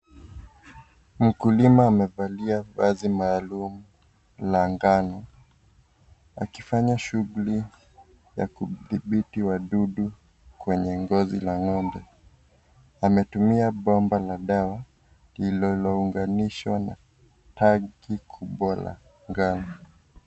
Mkulima amevalia vazi maalum la njano akifanya shughuli ya kudhibiti wadudu kwenye ngozi la ng'ombe. Ametumia bomba la dawa lililounganishwa na tanki kubwa la dawa.